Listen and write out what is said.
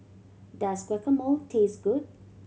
does Guacamole taste good